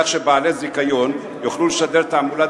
כך שבעלי זיכיון יוכלו לשדר תעמולת